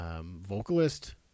vocalist